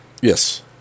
Yes